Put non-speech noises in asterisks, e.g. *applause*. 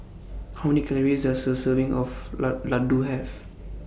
How Many Calories Does A Serving of *unintelligible* Ladoo Have